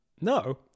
no